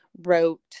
wrote